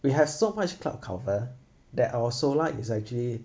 we have so much cloud cover that our solar is actually